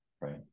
right